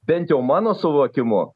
bent jau mano suvokimu